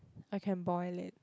I can boil it